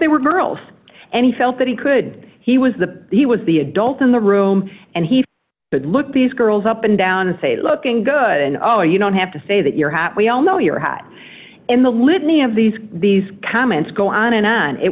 they were girls and he felt that he could he was the he was the adult in the room and he could look these girls up and down say looking good and oh you don't have to say that your hat we all know you're hot in the litany of these these comments go on and on it